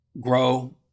grow